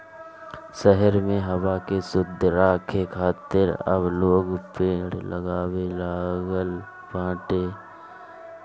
शहर में हवा के शुद्ध राखे खातिर अब लोग पेड़ लगावे लागल बाटे